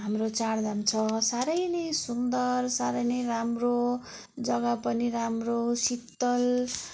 हाम्रो चार धाम छ साह्रै नै सुन्दर साह्रै नै राम्रो जगा पनि राम्रो शीतल